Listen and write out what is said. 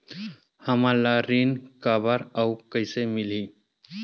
हमला ऋण काबर अउ कइसे मिलही?